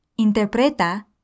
interpreta